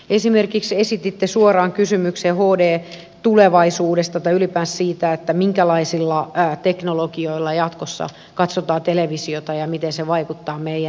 esimerkiksi esititte suoran kysymyksen hdn tulevaisuudesta tai ylipäänsä siitä minkälaisilla teknologioilla jatkossa katsotaan televisiota ja miten se vaikuttaa meidän kanavatarjontaan